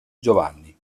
giovanni